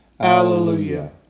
Hallelujah